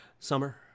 Summer